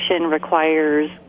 requires